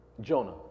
Jonah